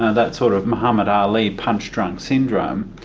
ah that sort of mohammed ali punch-drunk syndrome.